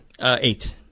Eight